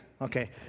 okay